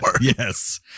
Yes